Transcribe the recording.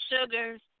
sugars